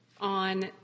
on